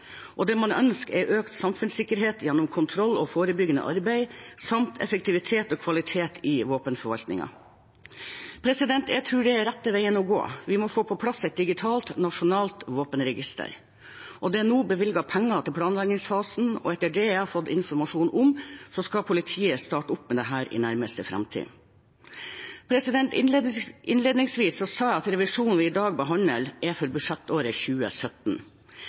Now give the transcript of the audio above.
Det man ønsker, er økt samfunnssikkerhet gjennom kontroll og forebyggende arbeid samt effektivitet og kvalitet i våpenforvaltningen. Jeg tror dette er veien å gå – vi må få på plass et digitalt, nasjonalt våpenregister. Det er nå bevilget penger til planleggingsfasen, og etter det jeg har fått informasjon om, skal politiet starte opp med dette i nærmeste framtid. Innledningsvis sa jeg at revisjonen vi i dag behandler, er for budsjettåret 2017.